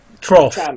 Trough